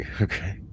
okay